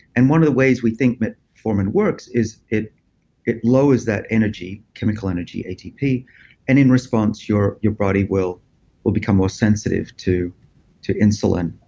and one of the ways we think but metformin and works is it it lowers that energy, chemical energy atp and in response, your your body will will become more sensitive to to insulin.